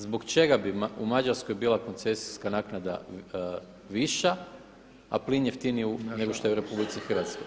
Zbog čega bi u Mađarskoj bila koncesijska naknada viša a plin jeftiniji nego što je u RH.